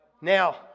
Now